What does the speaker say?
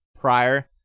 prior